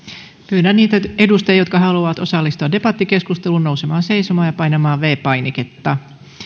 pyydän niitä edustajia jotka haluavat osallistua debattikeskusteluun nousemaan seisomaan ja painamaan viides painiketta